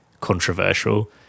controversial